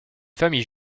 famille